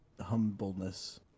humbleness